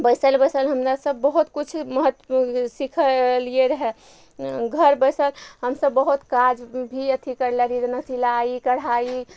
बैसल बैसल हमरा सब बहुत किछु महत्वपूर्ण सीखलियै रहय घर बैसल हमसब बहुत काज भी अथी करले रहियै जेना सिलाइ कढ़ाइ